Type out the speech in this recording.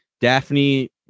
Daphne